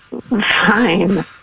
Fine